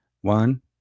one